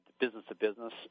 business-to-business